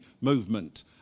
movement